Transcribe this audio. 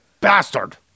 Bastard